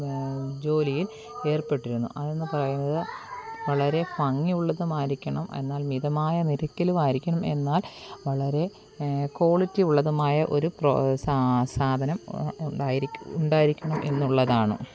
ജോലിയിൽ ഏർപ്പെട്ടിരുന്നു അതെന്ന് പറയുന്നത് വളരെ ഭംഗിയുള്ളതുമായിരിക്കണം എന്നാൽ മിതമായ നിരക്കിലും ആയിരിക്കണം എന്നാൽ വളരെ ക്വാളിറ്റി ഉള്ളതുമായ ഒരു പ്രോ സാധനം ഉണ്ടായിരിക്കും ഉണ്ടായിരിക്കണം എന്നുള്ളതാണ്